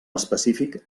específic